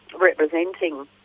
representing